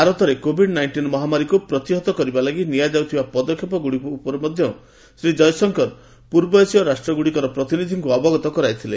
ଭାରତରେ covid nineteen ମହାମାରୀକୁ ପ୍ରତିହତ କରିବାଲାଗି ନିଆଯାଉଥିବା ପଦକ୍ଷେପଗୁଡ଼ିକ ଉପରେ ମଧ୍ୟ ଶ୍ରୀ ଜୟଶଙ୍କର ପୂର୍ବ ଏସୀୟ ରାଷ୍ଟ୍ରଗୁଡ଼ିକର ପ୍ରତିନିଧିଙ୍କୁ ଅବଗତ କରାଇଥିଲେ